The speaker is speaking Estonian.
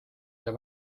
sai